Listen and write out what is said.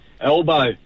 elbow